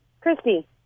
Christy